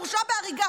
הוא הורשע בהריגה.